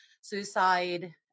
suicide